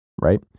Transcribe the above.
right